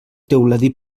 teuladí